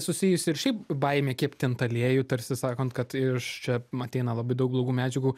susijusi ir šiaip baimė kepti ant aliejų tarsi sakant kad iš čia ateina labai daug blogų medžiagų